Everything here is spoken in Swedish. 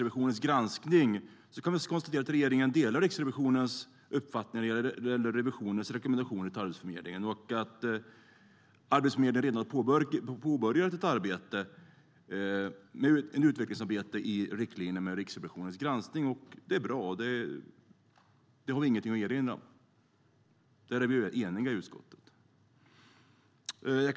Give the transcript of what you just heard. Vi kan konstatera att regeringen står bakom Riksrevisionens rekommendationer till Arbetsförmedlingen och att Arbetsförmedlingen redan har påbörjat ett utvecklingsarbete i linje med Riksrevisionens granskning. Det är bra. Detta har vi ingenting att erinra om. Där är vi i utskottet eniga.